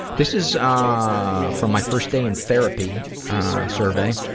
this is ah from my first day in therapy survey,